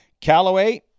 Callaway